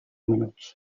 minuts